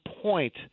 point